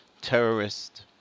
terrorist